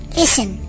listen